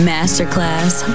Masterclass